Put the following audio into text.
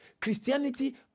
Christianity